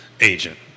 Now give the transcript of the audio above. agent